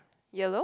yellow